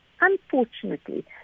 Unfortunately